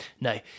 No